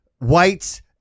whites